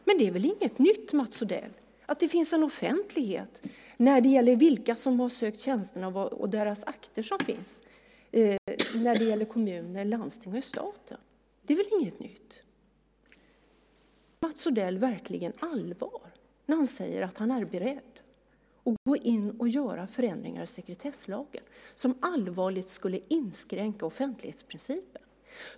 Men det är väl inget nytt, Mats Odell, att det finns en offentlighet när det gäller vilka som har sökt tjänsterna och vilka akter som finns när det gäller kommuner, landsting och staten. Det är inget nytt. Menar Mats Odell verkligen allvar när han säger att han är beredd att gå in och göra förändringar i sekretesslagen som allvarligt skulle inskränka offentlighetsprincipen?